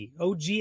OG